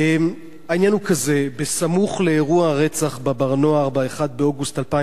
העניין הוא כזה: סמוך לאירוע הרצח ב"בר-נוער" ב-1 באוגוסט 2009